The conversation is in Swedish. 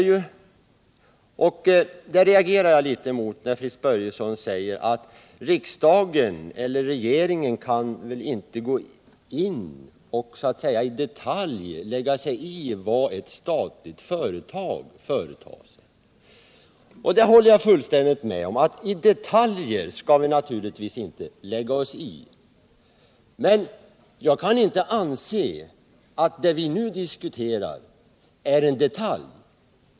Jag reagerar när Fritz Börjesson säger att riksdag och regering inte kan gå in och i detalj lägga sig i vad ett statligt företag gör. Detaljer skall vi naturligtvis inte lägga oss i — det håller jag fullständigt med om. Men jag kan inte anse att det vi nu diskuterar är en detalj.